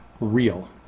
real